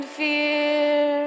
fear